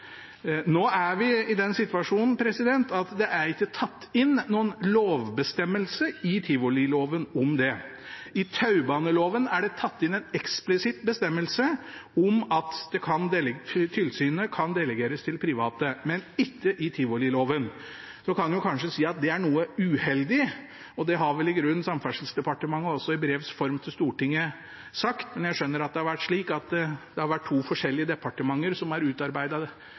er i den situasjon at det ikke er tatt inn noen lovbestemmelse i tivoliloven om det. I taubaneloven er det tatt inn en eksplisitt bestemmelse om at tilsynet kan delegeres til private – men ikke i tivoliloven. Man kan kanskje si at det er noe uheldig, og det har vel i grunnen Samferdselsdepartementet i brevs form også sagt til Stortinget. Jeg skjønner at to forskjellige departementer har utarbeidet grunnlaget til de to lovene. Vi er da i den litt uheldige situasjon at det